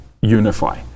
unify